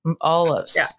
Olives